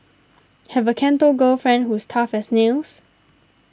have a Canto girlfriend who's tough as nails